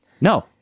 No